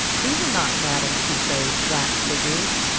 these are not madam tussaud's wax figures,